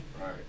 Right